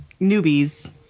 newbies